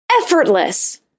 Effortless